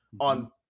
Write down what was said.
on –